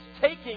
taking